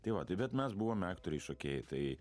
tai va tai bet mes buvome aktoriai šokėjai tai